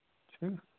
अ